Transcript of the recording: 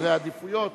סדר העדיפויות,